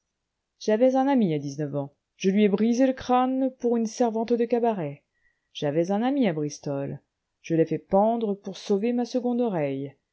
j'avais un ami à dix-neuf ans je lui ai brisé le crâne pour une servante de cabaret j'avais un ami à bristol je l'ai fait pendre pour sauver ma seconde oreille